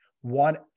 one